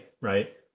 right